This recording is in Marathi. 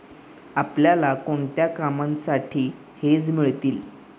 आपल्याला कोणत्या कामांसाठी हेज मिळतं?